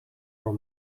voor